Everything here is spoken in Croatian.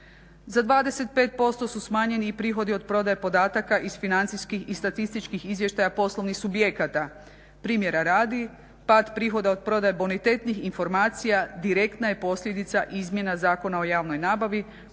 Za 25% su smanjeni i prihodi od prodaje podataka iz financijskih i statističkih izvještaja poslovnih subjekata. Primjera radi, pad prihode od prodaje bonitetnih informacija direktna je posljedica izmjena Zakona o javnoj nabavi